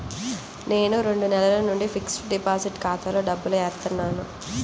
నేను రెండు నెలల నుంచి ఫిక్స్డ్ డిపాజిట్ ఖాతాలో డబ్బులు ఏత్తన్నాను